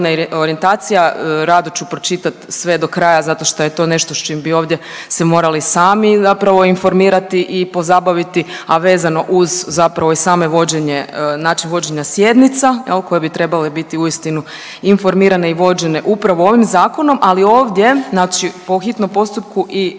Rado ću pročitati sve do kraja zato što je to nešto s čim bi ovdje se morali sami zapravo informirati i pozabaviti, a vezano uz zapravo i sam način vođenja sjednica koje bi trebale biti uistinu informirane i vođene upravo ovim zakonom. Ali ovdje, znači po hitnom postupku i ovim